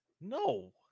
No